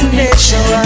nature